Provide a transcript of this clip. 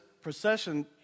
procession